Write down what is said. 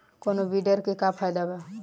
कौनो वीडर के का फायदा बा?